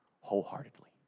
wholeheartedly